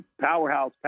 powerhouse